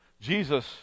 jesus